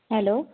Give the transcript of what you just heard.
hello